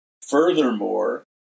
furthermore